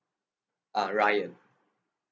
uh ryan